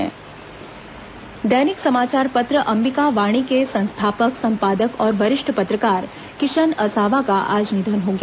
किशन असावा निधन दैनिक समाचार पत्र अम्बिकावाणी के संस्थापक संपादक और वरिष्ठ पत्रकार किशन असावा का आज निधन हो गया